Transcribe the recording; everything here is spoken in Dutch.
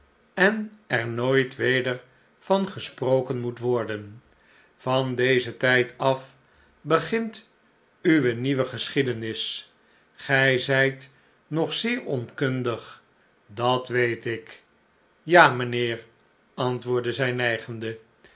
en er nooit weder van gesproken moet worden van dezen tijd af begint uwe nieuwe geschiedenis gij zijt nog zeer onkundig dat weet ik ja mijnheer antwoordde zij nijgende